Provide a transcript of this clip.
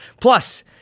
Plus